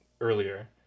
earlier